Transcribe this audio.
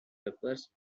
peppers